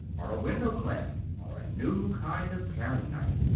or a window clamp, or a new kind of paring knife.